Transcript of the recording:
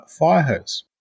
Firehose